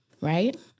right